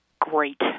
great